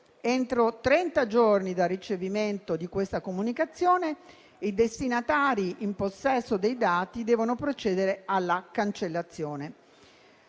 Entro trenta giorni dal ricevimento di questa comunicazione, i destinatari in possesso dei dati devono procedere alla cancellazione.